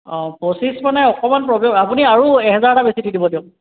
অঁ পঁচিছ মানে অকণমান প্ৰ'ব্লেম আপুনি আৰু এহেজাৰ এটা বেছি দি দিব দিয়ক